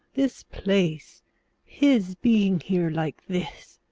this place his being here like this